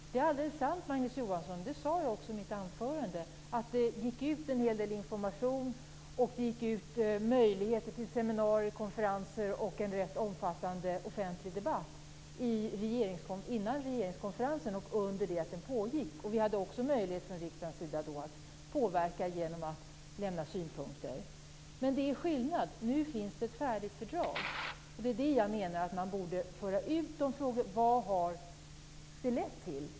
Fru talman! Det är alldeles sant, Magnus Johansson, och det sade jag också i mitt anförande, att det gick ut en hel del information och fanns möjligheter till seminarier, konferenser och en rätt omfattande offentlig debatt innan regeringskonferensen och under det att den pågick. Vi hade också möjlighet från riksdagens sida att påverka genom att lämna synpunkter. Skillnaden är att det nu finns ett färdigt fördrag. Det är det jag menar att man borde föra ut. Vad har det lett till?